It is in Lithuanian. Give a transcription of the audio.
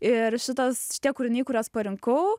ir šitas šitie kūriniai kuriuos parinkau